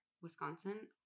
Wisconsin